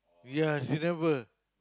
ya didn't work